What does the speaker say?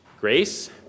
Grace